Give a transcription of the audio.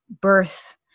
birth